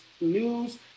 news